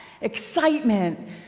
excitement